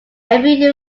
every